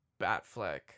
Batfleck